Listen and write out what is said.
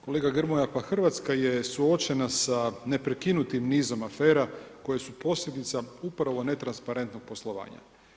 Kolega Grmoja pa Hrvatska je suočena sa neprekinutim nizom afera koje su posljedica upravo netransparentnog poslovanja.